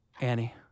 Annie